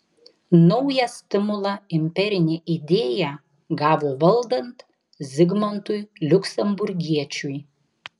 naują stimulą imperinė idėja gavo valdant zigmantui liuksemburgiečiui